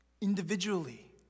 individually